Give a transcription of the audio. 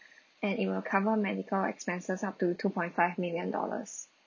and it will cover medical expenses up to two point five million dollars